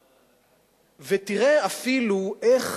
תראה אפילו איך